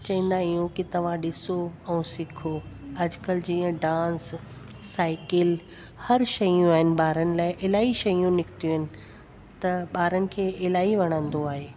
चवंदा आहियूं की तव्हां ॾिसो ऐं सिखो अॼुकल्ह जीअं डांस साइकिल हर शयूं आहिनि ॿारनि लाइ इलाही शयूं निकतियूं आहिनि त ॿारनि खे इलाही वणंदो आहे